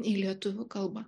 į lietuvių kalbą